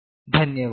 ಧನ್ಯವಾದಗಳು